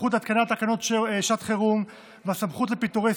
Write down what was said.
הסמכות להתקנת תקנות שעת חירום והסמכות לפיטורי